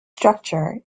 structure